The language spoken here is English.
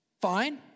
Fine